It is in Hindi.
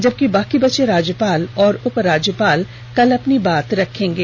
जबकि बाकी बचे राज्यपाल और उप राज्यपाल कल अपनी बात रखेंगे